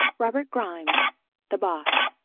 robert grimes the boss.